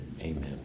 amen